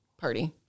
party